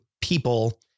people